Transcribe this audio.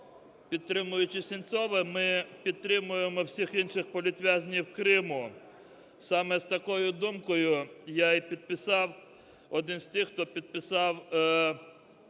Підтримуючи Сенцова, ми підтримуємо всіх інших політв'язнів Криму. Саме з такою думкою я і підписав, один з тих, хто підписав